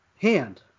hand